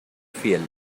fiel